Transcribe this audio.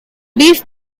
beef